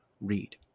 read